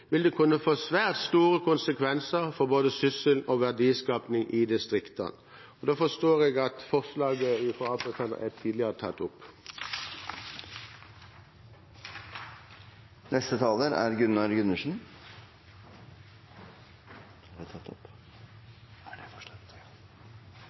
vil det kunne få svært store konsekvenser for både sysselsetting og verdiskaping i distriktene. Da forstår jeg det slik at forslagene fra Arbeiderpartiet og Senterpartiet er tatt opp tidligere. Norsk økonomi er